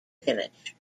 village